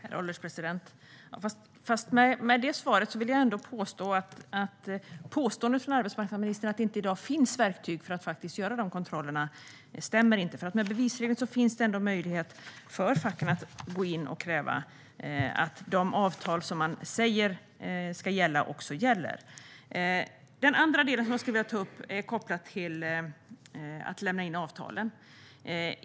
Herr ålderspresident! Arbetsmarknadsministerns påstående att det i dag inte finns verktyg för att göra dessa kontroller stämmer inte. Med bevisregeln finns det möjlighet för facken att gå in och kräva att de avtal som man säger ska gälla också gäller. En annan sak som jag skulle vilja ta upp är kopplad till att lämna in avtalen.